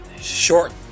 Short